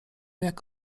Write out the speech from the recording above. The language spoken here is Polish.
jak